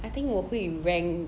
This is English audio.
I think 我会 rank